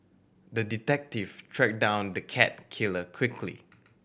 the detective tracked down the cat killer quickly